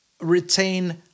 retain